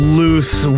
loose